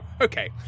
okay